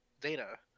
data